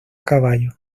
caballo